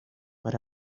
but